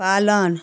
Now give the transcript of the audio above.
पालन